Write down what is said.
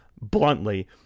bluntly